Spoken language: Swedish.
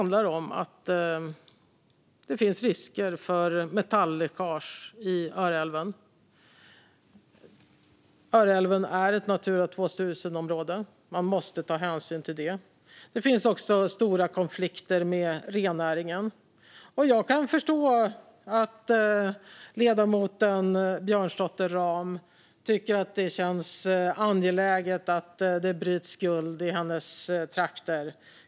Det finns risker för metalläckage i Öreälven. Öreälven är ett Natura 2000-område, och man måste ta hänsyn till det. Det finns också stora konflikter med rennäringen. Jag kan förstå att ledamoten Björnsdotter Rahm tycker att det känns angeläget att det bryts guld i hennes trakter.